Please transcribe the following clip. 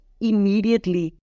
immediately